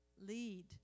lead